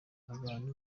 abantu